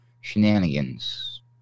shenanigans